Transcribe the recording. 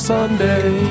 Sunday